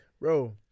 Bro